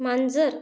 मांजर